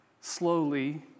slowly